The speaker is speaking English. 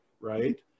right